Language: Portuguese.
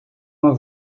uma